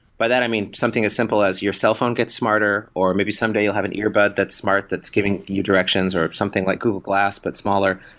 by that i mean something as simple as your cellphone gets smarter or maybe someday you'll have an ear bud that's smart that's giving you directions, or something like google glass, but smaller.